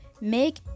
Make